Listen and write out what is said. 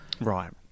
right